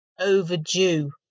overdue